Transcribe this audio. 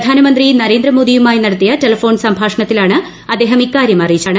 പ്രധാനമന്ത്രി നരേന്ദ്രമോദിയുമായി നടത്തിയ ടെലിഫോൺ സംഭാഷണത്തിലാണ് അദ്ദേഹം ഇക്കാര്യം അറിയിച്ചത്